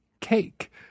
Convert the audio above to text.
cake